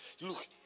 Look